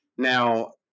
Now